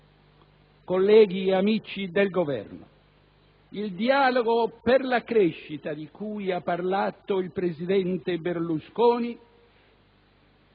colleghi e amici del Governo, il dialogo per la crescita di cui ha parlato il presidente Berlusconi